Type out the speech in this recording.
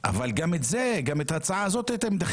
אבל גם את זה, גם את ההצעה הזאת דחיתם.